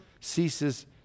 ceases